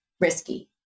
risky